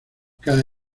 cada